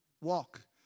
Walk